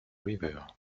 river